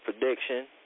prediction